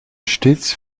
stets